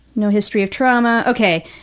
no history of trauma. okay,